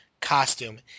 costume